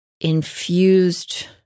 infused